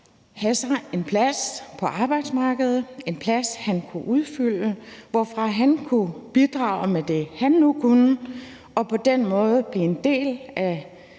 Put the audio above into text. have sig en plads på arbejdsmarkedet, en plads, han kunne udfylde, og hvorfra han kunne bidrage med det, han nu kunne, og på den måde blive en del af